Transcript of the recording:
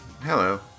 Hello